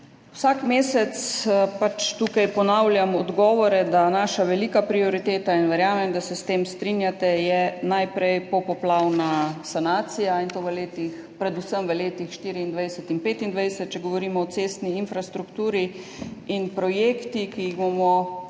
vsak mesec pač tukaj ponavljam odgovore, da naša velika prioriteta – in verjamem, da se s tem strinjate – je najprej popoplavna sanacija, in to predvsem v letih 2024 in 2025, če govorimo o cestni infrastrukturi. In projekti, ki jih bomo